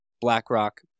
BlackRock